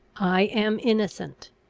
i am innocent.